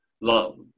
love